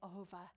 over